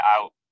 out